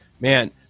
Man